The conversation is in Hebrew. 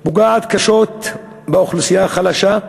פוגעת קשות באוכלוסייה החלשה,